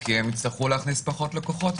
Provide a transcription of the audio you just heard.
כי יצטרכו להכניס פחות לקוחות,